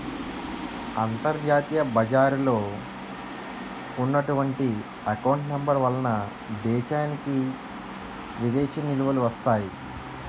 అంతర్జాతీయ బజారులో ఉన్నటువంటి ఎకౌంట్ నెంబర్ వలన దేశానికి విదేశీ నిలువలు వస్తాయి